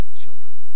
children